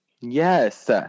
Yes